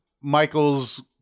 Michael's